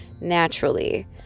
naturally